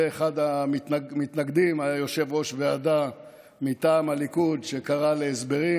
ואחד המתנגדים היה יושב-ראש ועדה מטעם הליכוד שקרא להסברים,